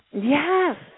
Yes